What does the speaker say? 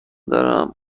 دارم